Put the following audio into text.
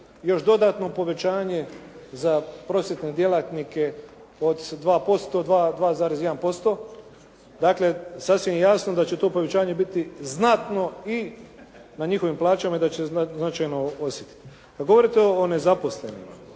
još dodatno povećanje za prosvjetne djelatnike od 2%, 2,1%. Dakle sasvim je jasno da će to povećanje biti znatno i na njihovim plaćama i da će značajno osjetiti. Kada govorite o nezaposlenima,